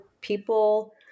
people